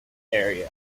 area